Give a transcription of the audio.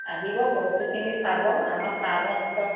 আহিব বস্তুখিনি চাব আমাৰ ফাৰ্মত সব